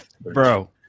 Bro